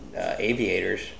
Aviators